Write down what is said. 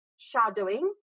shadowing